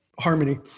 harmony